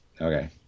Okay